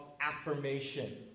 affirmation